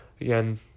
again